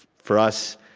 for us,